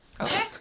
Okay